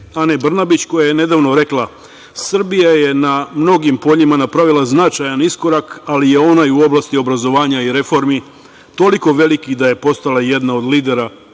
Ane Brnabić, koja je nedavno rekla – Srbija je na mnogim poljima napravila značajni iskorak, ali je onaj u oblasti obrazovanja i reformi toliko veliki da je postala jedna od lidera